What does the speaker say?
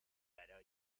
برا